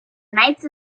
knights